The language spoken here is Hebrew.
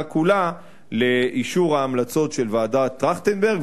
כולה לאישור ההמלצות של ועדת-טרכטנברג.